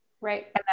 Right